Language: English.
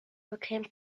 became